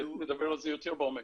נדבר על זה יותר לעומק.